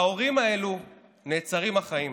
להורים האלה נעצרים החיים.